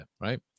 right